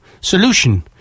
solution